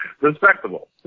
respectable